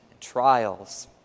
trials